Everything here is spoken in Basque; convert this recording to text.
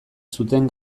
zuten